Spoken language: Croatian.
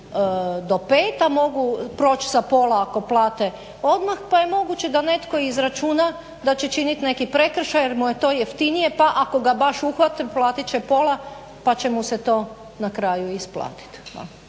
do 5, a mogu proći sa pola ako plate odmah pa je moguće da netko izračuna da će činit neki prekršaj jer mu je to jeftinije pa ako ga baš uhvate platit će pola pa će mu se to na kraju isplatit.